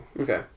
Okay